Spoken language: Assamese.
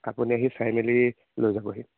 আপুনি আহি চাই মেলি লৈ যাবহি